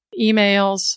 emails